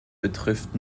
betrifft